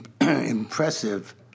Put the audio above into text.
impressive